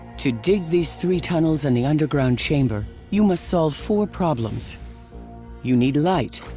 to dig these three tunnels and the underground chamber, you must solve four problems you need light.